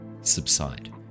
subside